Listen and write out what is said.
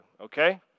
okay